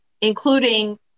including